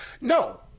No